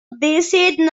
visited